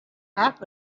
half